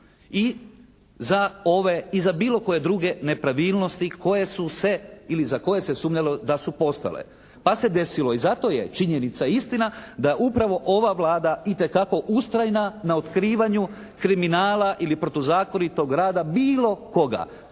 i za bilo koje druge nepravilnosti koje su se ili za koje se sumnjalo da su postojale, pa se desilo i zato je činjenica i istina da je upravo ova Vlada itekako ustrajna na otkrivanju kriminala ili protuzakonitog rada bilo koga,